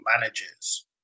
managers